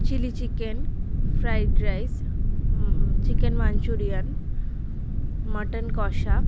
chilli chicken fried rice chicken manchurian mutton কষা